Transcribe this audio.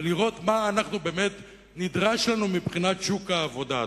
ולראות מה באמת נדרש לנו מבחינת שוק העבודה,